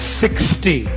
sixty